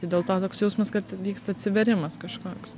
dėl to toks jausmas kad vyksta atsivėrimas kažkoks